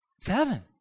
Seven